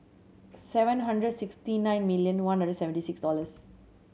seven hundred sixty nine million one hundred seventy six dollors